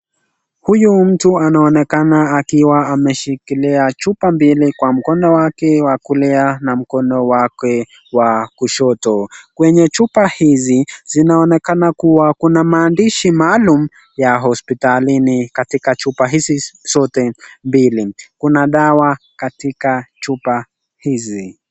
Huyu ni mtu anaonekana ameshikilia vitu mbili kwa mkono wake wa kulia na mkono wake wa kushoto. Kwenye chupa hizi kunaonekana kuwa Kuna maandishi maalum kwenye hospitalini katika kwenye chupa hizi zote mbili. Ku a dawa katika chupa hizi.